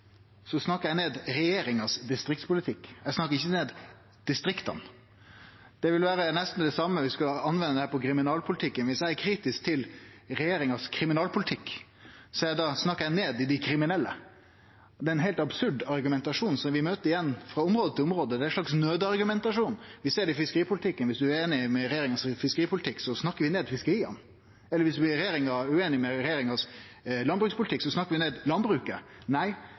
snakkar eg ned distriktspolitikken til regjeringa – eg snakkar ikkje ned distrikta. Viss ein skulle bruke denne argumentasjonen på kriminalpolitikken, ville det vore nesten det same som å seie at viss eg var kritisk til kriminalpolitikken til regjeringa, snakkar eg ned dei kriminelle. Det er ein heilt absurd argumentasjon, som vi møter igjen på område etter område. Det er ein slags nødargumentasjon. Vi ser det i samband med fiskeripolitikken også: Viss ein er ueinig i fiskeripolitikken til regjeringa, snakkar ein ned fiskeria. Og viss ein er ueinig i landbrukspolitikken til regjeringa, snakkar ein ned landbruket. Nei,